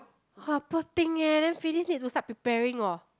har poor thing leh then finish need to start preparing orh